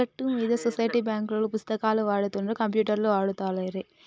చెరువు గట్టు మీద సొసైటీ బాంకులోల్లు పుస్తకాలే వాడుతుండ్ర కంప్యూటర్లు ఆడుతాలేరా